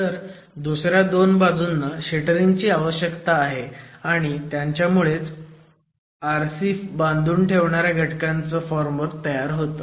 तर दुसऱ्या 2 बाजूंना शटरिंग ची आवश्यकता आहे आणि त्यांच्यामुळेच RC बांधून ठेवणाऱ्या घटकांचं फॉर्मवर्क तयार होतं